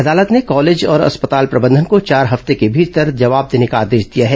अदालत ने कॉलेज और अस्पताल प्रबंधन को चार हफ्ते के भीतर जवाब देने का आदेश दिया है